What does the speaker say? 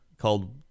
called